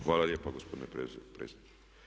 Hvala lijepa gospodine predsjedniče.